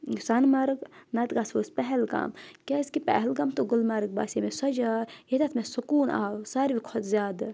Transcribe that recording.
سَۄنہٕ مَرٕگ نَتہٕ گَژھو أسۍ پہلگام کیٛازِکہِ پہلگام تہٕ گُلمَرٕگ باسے مےٚ سۄ جاے ییٚتؠتھ مےٚ سکوٗن آو ساروی کھۄتہٕ زیادٕ